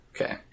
Okay